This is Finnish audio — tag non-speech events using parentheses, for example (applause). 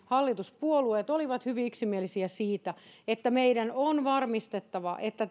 (unintelligible) hallituspuolueet olivat hyvin yksimielisiä siitä että meidän on varmistettava että (unintelligible)